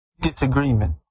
disagreement